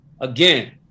again